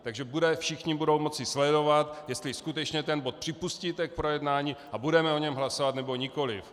Takže všichni budou moci sledovat, jestli skutečně ten bod připustíte k projednání a budeme o něm hlasovat, nebo nikoliv.